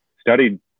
studied